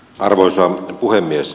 arvoisa puhemies